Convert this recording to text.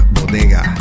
Bodega